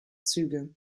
züge